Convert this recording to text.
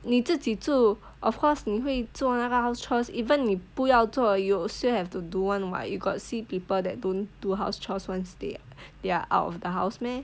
你自己住 of course 你会做那个 house chores even 你不要做 you still have to do [one] [what] you got see people that don't do house chores once they they're out of the house meh